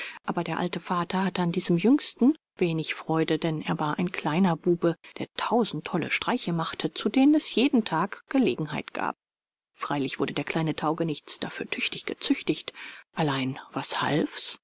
aber der alte vater hatte an diesem jüngsten wenig freude denn er war ein kleiner bube der tausend tolle streiche machte zu denen es jeden tag gelegenheit gab freilich wurde der kleine taugenichts dafür tüchtig gezüchtigt allein was half's